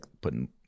putting